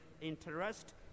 interest